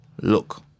look